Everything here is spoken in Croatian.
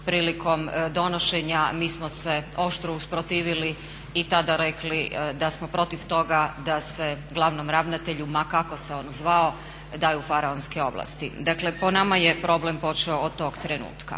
Prilikom donošenja mi smo se oštro usprotivili i tada rekli da smo protiv toga da se glavnom ravnatelju ma kako se on zvao daju faraonske ovlasti. Dakle po nama je problem počeo od tog trenutka.